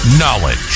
Knowledge